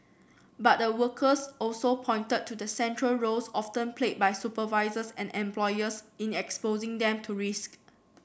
but the workers also pointed to the central roles often played by supervisors and employers in exposing them to risk